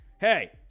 Hey